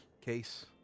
case